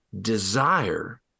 desire